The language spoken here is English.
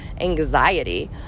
anxiety